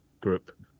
group